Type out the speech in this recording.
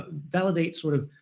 ah validate sort of,